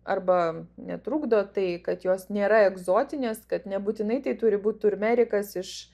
arba netrukdo tai kad jos nėra egzotinės kad nebūtinai tai turi būt turmerikas iš